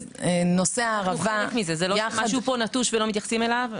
נושא הערבה --- זה לא שמשהו פה נטוש ולא מתייחסים אליו.